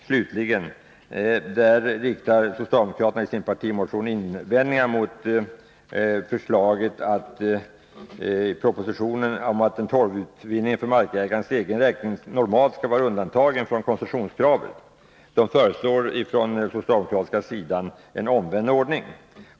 Socialdemokraterna riktar i sin partimotion invändningar mot förslaget i propositionen om att torvutvinning för markägarens egen räkning normalt skall vara undantagen från koncessionskravet. Socialdemokraterna föreslår i stället en omvänd ordning.